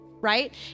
Right